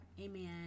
Amen